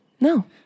No